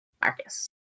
Marcus